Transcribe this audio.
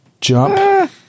Jump